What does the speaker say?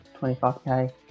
25K